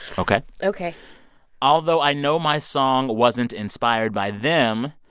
ok? ok although i know my song wasn't inspired by them,